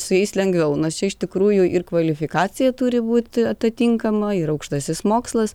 su jais lengviau nors čia iš tikrųjų ir kvalifikacija turi būti ta tinkama ir aukštasis mokslas